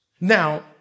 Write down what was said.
Now